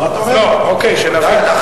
אוקיי, שנבין.